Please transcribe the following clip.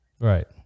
Right